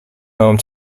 home